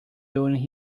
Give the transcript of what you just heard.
during